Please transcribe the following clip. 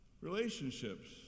Relationships